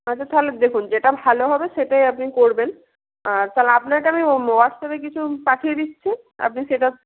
আচ্ছা তাহলে দেখুন যেটা ভালো হবে সেটাই আপনি করবেন আর তালে আপনাকে আমি ওয়াটস্যাপে কিছু পাঠিয়ে দিচ্ছি আপনি সেটা